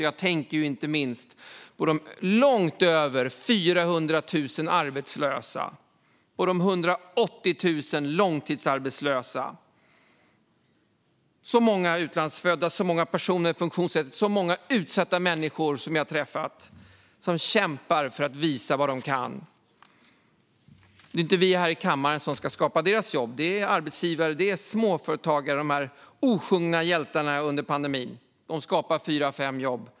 Jag tänker inte minst på de långt över 400 000 arbetslösa och de 180 000 långtidsarbetslösa. Så många människor jag träffat som kämpar för att visa vad de kan - så många utlandsfödda, så många personer med funktionsnedsättning, så många utsatta människor! Det är inte vi här i kammaren som ska skapa deras jobb, utan arbetsgivarna. Småföretagarna, pandemins obesjungna hjältar, skapar fyra av fem jobb.